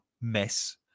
mess